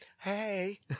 hey